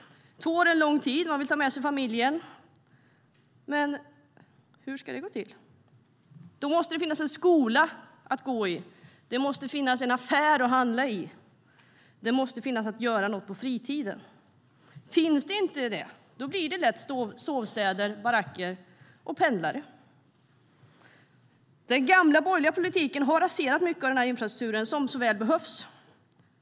Två år är lång tid, så man vill ta med sig familjen. Men hur ska det gå till? Det måste finnas en skola att gå i, det måste finnas en affär att handla i och det måste finnas något att göra på fritiden. Finns inte det blir det lätt sovstäder, baracker och pendlare. Den gamla borgerliga politiken har raserat mycket av den här infrastrukturen, som så väl behövs.